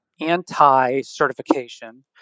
anti-certification